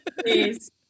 Please